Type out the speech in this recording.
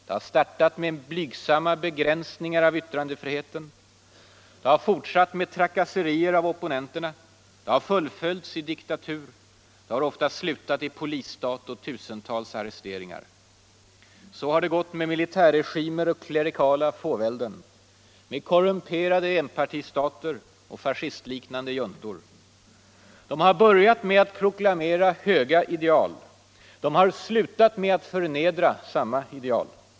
Det har startat med blygsamma begränsningar av yttrandefriheten, det har fortsatt med trakasserier av opponenter, det har fullföljts i diktatur, och det har ofta slutat i polisstat och tusentals arresteringar. Så har det gått med militärregimer och klerikala fåvälden, med korrumperade enpartistater och fascistliknande juntor. De har börjat med att proklamera höga ideal, de har slutat med att förnedra samma ideal.